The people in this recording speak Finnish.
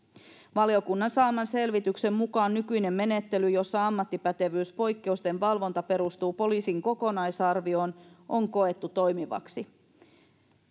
valiokunnan saaman selvityksen mukaan nykyinen menettely jossa ammattipätevyyspoikkeusten valvonta perustuu poliisin kokonaisarvioon on koettu toimivaksi